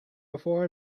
before